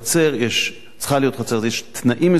יש תנאים מסוימים,